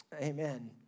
Amen